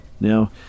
Now